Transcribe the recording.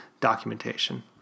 documentation